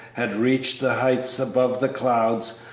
had reached the heights above the clouds,